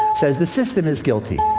says the system is guilty.